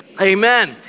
Amen